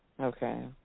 Okay